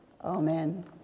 Amen